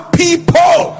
people